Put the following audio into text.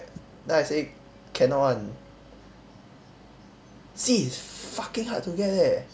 then I say cannot [one] C is fucking hard to get leh